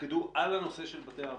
הופקדו על הנושא של בתי אבות.